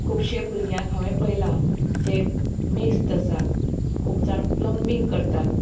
खुबशे भुरग्यांक हांवें पळयला जे मेस्त आसात खूब जाण प्लंबींग करतात